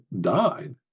died